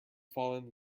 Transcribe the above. fallen